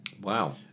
Wow